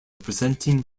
presenting